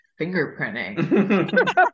fingerprinting